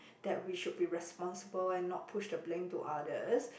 that we should be responsible and not push the blame to others